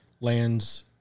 lands